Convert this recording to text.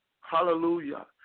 hallelujah